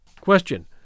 Question